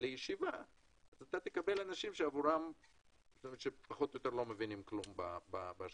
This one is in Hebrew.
לישיבה אז תקבל אנשים שפחות או יותר לא מבינים כלום בהשקעות.